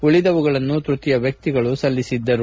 ಉಳಿದವುಗಳನ್ನು ತೃತೀಯ ವ್ಯಕ್ತಿಗಳು ಸಲ್ಲಿಸಿದ್ದರು